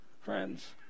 Friends